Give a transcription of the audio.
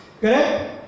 Correct